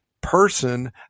person